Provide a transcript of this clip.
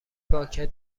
پاکت